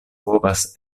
povas